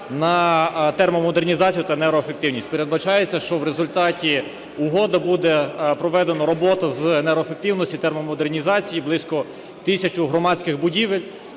на термомодернізацію та енергоефективність. Передбачається, що в результаті угоди буде проведено роботи з енергоефективності, термомодернізації близько тисячі громадських будівель,